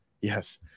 Yes